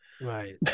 Right